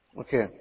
Okay